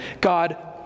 God